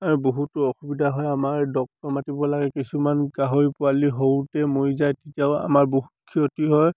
বহুতো অসুবিধা হয় আমাৰ ডক্তৰ মাতিব লাগে কিছুমান গাহৰি পোৱালি সৰুতে মৰি যায় তেতিয়াও আমাৰ বহু ক্ষতি হয়